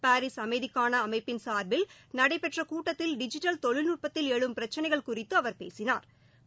Paris அமைதிக்கான அமைப்பின் சார்பில் நடைபெற்ற கூட்டத்தில் டிஜிட்டல் தொழில்நுட்பத்தில் எழும் பிரச்சனைகள் குறித்து அவர் பேசினாா்